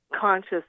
conscious